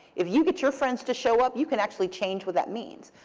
if you get your friends to show up, you can actually change what that means.